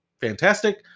Fantastic